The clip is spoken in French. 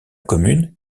commune